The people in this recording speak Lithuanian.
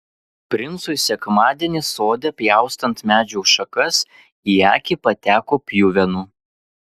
princui sekmadienį sode pjaustant medžių šakas į akį pateko pjuvenų